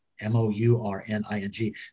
M-O-U-R-N-I-N-G